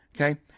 okay